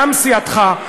גם סיעתך,